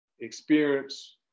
experience